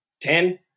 ten